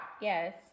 yes